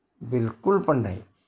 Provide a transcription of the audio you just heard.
बिलकुल पण नाही